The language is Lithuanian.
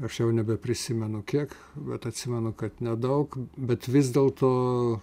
aš jau nebeprisimenu kiek bet atsimenu kad nedaug bet vis dėlto